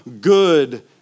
good